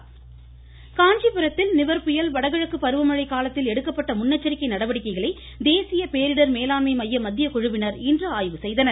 ம் ம் ம் ம் ம இருவரி காஞ்சிபுரத்தில் நிவர் புயல் வடகிழக்கு பருவமழை காலத்தில் எடுக்கப்பட்ட முன்னெச்சரிக்கை நடவடிக்கைகளை தேசிய பேரிடர் மேலாண்மை மைய மத்திய குழுவினர் இன்று ஆய்வு செய்தனர்